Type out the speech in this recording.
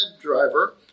driver